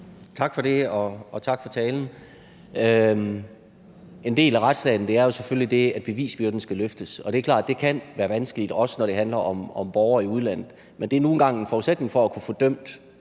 Tak for det. Og tak for talen. Det er selvfølgelig en del af retsstaten, at bevisbyrden skal løftes, og det er klart, at det kan være vanskeligt, også når det handler om borgere i udlandet. Men en forudsætning for at kunne få dømt